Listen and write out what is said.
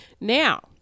Now